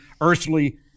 earthly